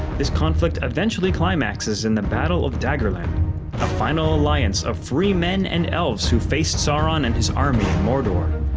this conflict eventually climaxes in the battle of dagorland a final alliance of free men and elves who faced sauron and his army in mordor.